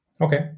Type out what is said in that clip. Okay